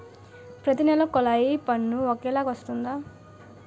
ప్రతి నెల కొల్లాయి పన్ను ఒకలాగే వస్తుందా?